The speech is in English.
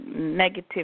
negative